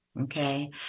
Okay